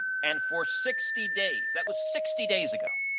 and for sixty days that was sixty days ago.